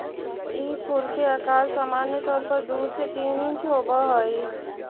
ई फूल के अकार सामान्य तौर पर दु से तीन इंच होब हई